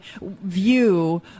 view